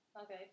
Okay